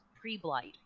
pre-blight